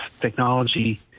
technology